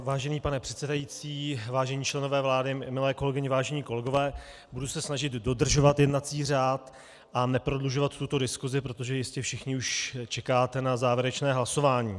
Vážený pane předsedající, vážení členové vlády, milé kolegyně, vážení kolegové, budu se snažit dodržovat jednací řád a neprodlužovat tuto diskusi, protože jistě všichni už čekáte na závěrečné hlasování.